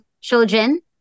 children